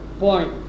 point